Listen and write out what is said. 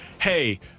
hey